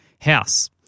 house